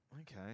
Okay